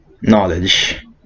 knowledge